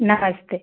नमस्ते